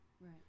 Right